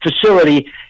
facility